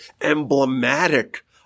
emblematic